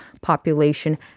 population